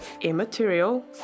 immaterial